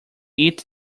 eat